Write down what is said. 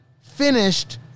finished